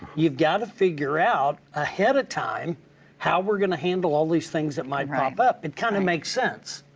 you've gotta figure out ahead of time how we're gonna handle all these things that might pop up. it kind of makes sense.